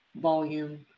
volume